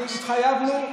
התחייבנו,